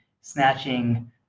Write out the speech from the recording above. snatching